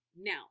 Now